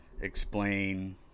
explain